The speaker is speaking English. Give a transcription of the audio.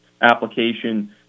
application